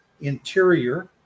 interior